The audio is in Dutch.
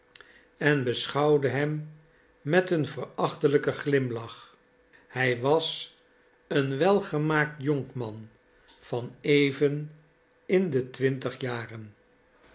en beschouwde hem met een verachtelijken glimlach hij was een welgemaakt jonkman van even in de twintig jaren